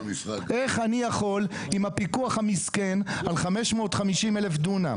איך אני יכול עם הפיקוח המסכן על 550,000 דונם?